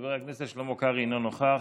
חבר הכנסת שלמה קרעי אינו נוכח.